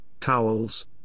towels